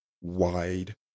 wide